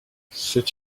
c’est